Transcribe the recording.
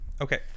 okay